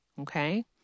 Okay